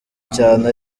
cyane